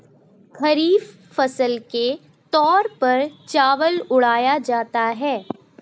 खरीफ फसल के तौर पर चावल उड़ाया जाता है